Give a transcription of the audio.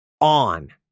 on